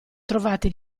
trovati